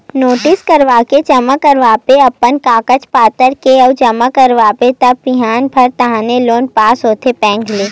notary कराके जमा करेंव अपन कागज पतर के अउ जमा कराएव त बिहान भर ताहले लोन पास होगे बेंक ले